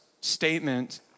statement